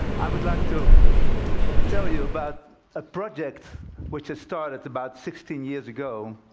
i would like to tell you about a project which i started about sixteen years ago.